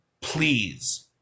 please